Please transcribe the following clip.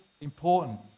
important